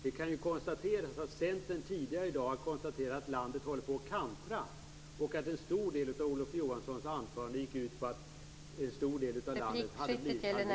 Det kan ju konstateras att Centern tidigare i dag har sagt att landet håller på att kantra. En stor del av Olof Johanssons anförande gick ut på det. Det funkar inte riktigt.